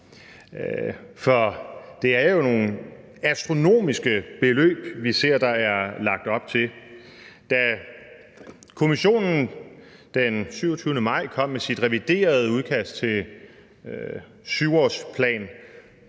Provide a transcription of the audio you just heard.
For det er jo nogle astronomiske beløb, som vi ser at der er lagt op til. Da Kommissionen den 27. maj kom med sit reviderede udkast til en 7-årsplan,